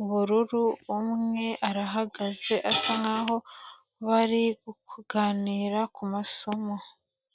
ubururu, umwe arahagaze asa nk'aho bari ukuganira ku masomo.